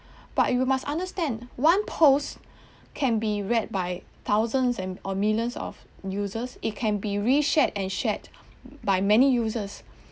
but you must understand one post can be read by thousands and or millions of users it can be re shared and shared by many users